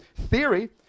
theory